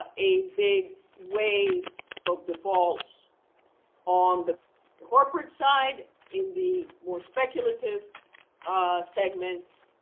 ah a big wave of defaults on the the corporate side in the more speculative segments,